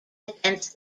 against